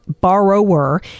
borrower